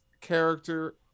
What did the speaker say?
character